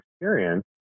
experience